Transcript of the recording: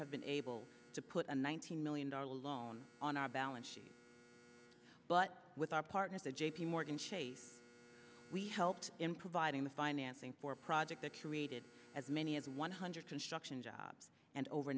have been able to put an one thousand million dollar loan on our balance sheet but with our partners at j p morgan chase we helped in providing the financing for a project that created as many as one hundred construction jobs and over